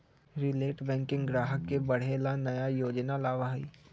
retail banking ग्राहक के बढ़े ला नया योजना लावा हई